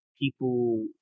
people